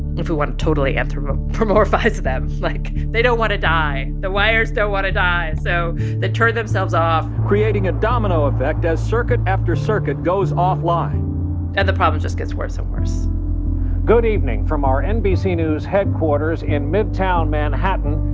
if we want to totally anthropomorphize them, like, they don't want to die. the wires don't want to die, so they turn themselves off creating a domino effect as circuit after circuit goes offline and the problem just gets worse and worse good evening from our nbc news headquarters in midtown manhattan,